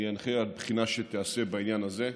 אני אנחה שתיעשה בחינה בעניין הזה.